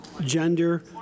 gender